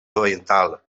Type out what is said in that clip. oriental